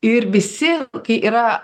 ir visi kai yra